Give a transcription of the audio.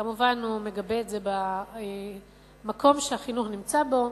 כמובן, הוא מגבה את זה במקום שהחינוך נמצא בו,